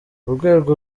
urwego